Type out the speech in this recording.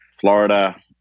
Florida